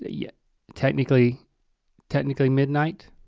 ah yeah technically technically midnight.